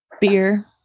beer